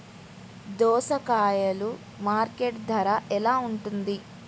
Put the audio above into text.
దోసకాయలు మార్కెట్ ధర ఎలా ఉంటుంది?